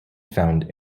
found